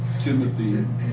Timothy